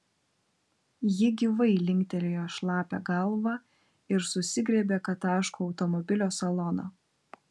ji gyvai linktelėjo šlapią galvą ir susigriebė kad taško automobilio saloną